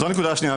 זו הנקודה השנייה.